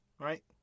right